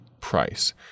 Price